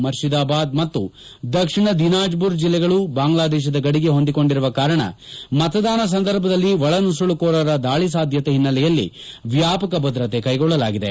ಮುರ್ತಿದಾಬಾದ್ ಮತ್ತು ದಕ್ಷಿಣ ದಿನಾಜ್ವುರ್ ಜಿಲ್ಲೆಗಳು ಬಾಂಗ್ಲಾದೇಶದ ಗಡಿಗೆ ಹೊಂದಿಕೊಂಡಿರುವ ಕಾರಣ ಮತದಾನ ಸಂದರ್ಭದಲ್ಲಿ ಒಳನುಸುಳುಕೋರರ ದಾಳ ಸಾಧ್ಯತೆ ಹಿನ್ನೆಲೆಯಲ್ಲಿ ವ್ಯಾಪಕ ಭದ್ರತೆ ಕೈಗೊಳ್ಳಲಾಗಿದೆ